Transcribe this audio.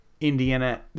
Indiana